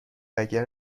بقیه